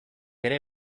ere